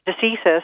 diseases